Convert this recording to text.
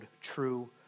true